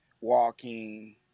walking